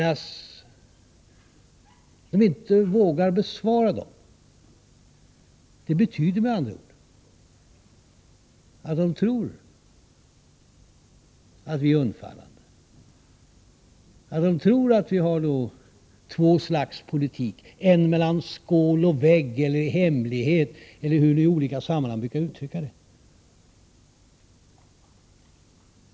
Att de inte vågar besvara frågorna betyder med andra ord att de tror att vi är undfallande och att de tror att vi bedriver två slags politik — en mellan skål och vägg eller i hemlighet, eller hur det i olika sammanhang brukar uttryckas.